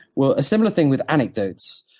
well, a similar thing with anecdotes,